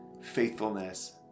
faithfulness